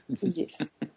Yes